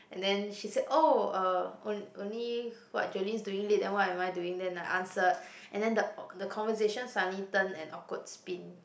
and then she said oh uh on~ only what Jolene's doing lit then what am I doing then I answered and then the awk~ the conversation suddenly turned an awkward spin